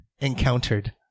encountered